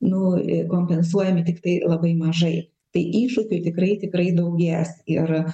nu kompensuojami tiktai labai mažai tai iššūkių tikrai tikrai daugės ir